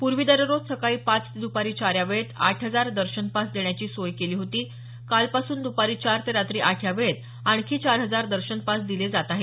पूर्वी दररोज सकाळी पाच ते दुपारी चार या वेळेत आठ हजार दर्शन पास देण्याची सोय केली होती कालपासून दुपारी चार ते रात्री आठ या वेळेत आणखी चार हजार दर्शन पास दिले जात आहेत